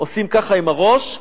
עושים ככה עם הראש,